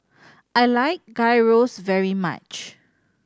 I like Gyros very much